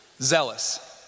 Zealous